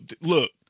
look